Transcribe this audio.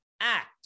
act